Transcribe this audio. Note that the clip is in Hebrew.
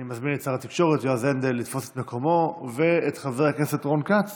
אני מזמין את שר התקשורת יועז הנדל לתפוס את מקומו ואת חבר הכנסת רון כץ